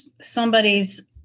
somebody's